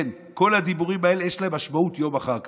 כן, כל הדיבורים האלה, יש להם משמעות יום אחר כך.